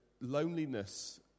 loneliness